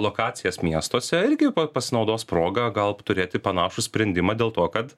lokacijas miestuose irgi pasinaudos proga gal apturėti panašų sprendimą dėl to kad